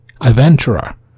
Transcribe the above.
Adventurer